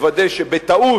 לוודא שהממשלה,